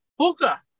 Puka